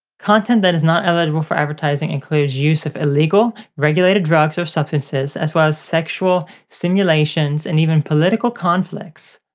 content that is not eligible for advertising includes use of illegal regulated drugs or substances, as well as sexual simulations, and even political conflicts.